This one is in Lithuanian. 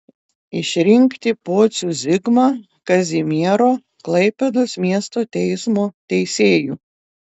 išrinkti pocių zigmą kazimiero klaipėdos miesto teismo teisėju